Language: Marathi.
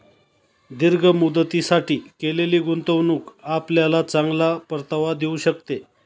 दीर्घ मुदतीसाठी केलेली गुंतवणूक आपल्याला चांगला परतावा देऊ शकते